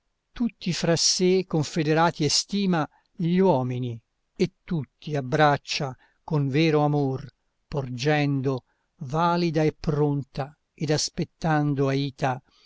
tutti fra sé confederati estima gli uomini e tutti abbraccia con vero amor porgendo valida e pronta ed aspettando aita